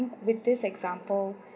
with this example